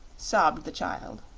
sobbed the child.